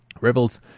Rebels